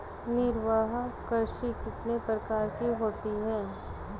निर्वाह कृषि कितने प्रकार की होती हैं?